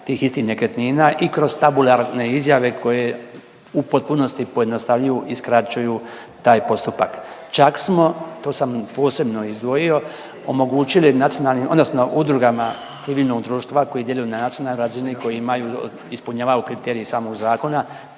tih istih nekretnina i kroz tabularne izjave koje u potpunosti pojednostavljuju i skraćuju taj postupak. Čak smo tu sam posebno izdvojio omogućili nacionalnim odnosno udrugama civilnog društva koje djeluju na nacionalnoj razini koji imaju ispunjavaju kriterij samog zakona